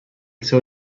seu